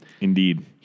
Indeed